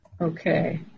Okay